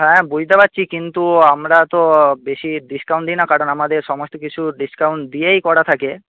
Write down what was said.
হ্যাঁ বুঝতে পারছি কিন্তু আমরা তো বেশি ডিসকাউন্ট দিই না কারণ আমাদের সমস্ত কিছু ডিসকাউন্ট দিয়েই করা থাকে